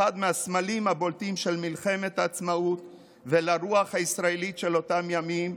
אחד מהסמלים הבולטים של מלחמת העצמאות והרוח הישראלית של אותם ימים,